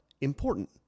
important